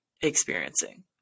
experiencing